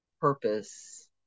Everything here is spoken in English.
purpose